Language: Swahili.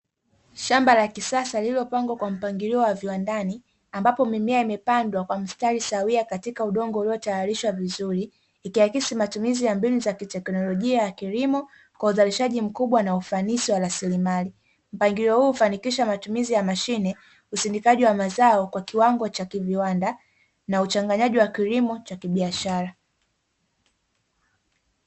Shamba la kisasa liliopangwa kwa mpangilio wa viwandani ambapo mimea imepandwa kwa mstari sawia katika udogo uliyotayarishwa vizuri, ikiakisi matumizi ya mbinu za kitekinolojia za kilimo kwa uzalishaji mkubwa na ufanisi wa rasilimali, mpangilio huu ufanikisha matumizi ya mashine usindikaji wa mazao kwa kiwango cha kiviwanda na uchangayaji wa kilimo cha kibiashara.